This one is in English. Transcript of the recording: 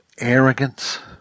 arrogance